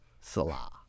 Salah